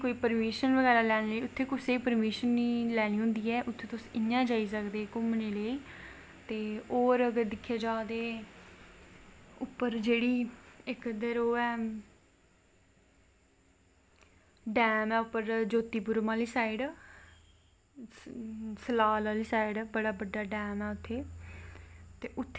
उत्थें गा शिव जी ते उत्थें गै शिवजी भवूत चढ़ाई जंदी ऐ जिसलै लोग मरी जंदे ते उंदी भवूत शिव जी दे परशाद रूप च चड़ाई जंदी ऐ ओह् बी बड़ा शैल लोग बड़े ड़े दूरों आंदे उत्थें मत्ता टेकने आं अस ते बड़ा सैल मन्दर ऐ ओह् शिवजी दी ओह् बी दिक्खेआ ओह्दे बाद हून साढ़े जम्मू च इक तिरुपति जी दी मन्दर बने दा ऐ